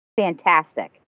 fantastic